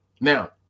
now